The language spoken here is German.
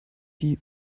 die